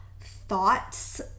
thoughts